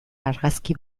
argazki